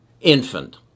infant